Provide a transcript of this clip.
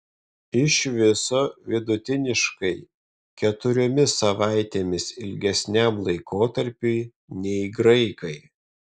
iš viso vidutiniškai keturiomis savaitėmis ilgesniam laikotarpiui nei graikai